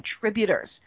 contributors